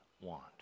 want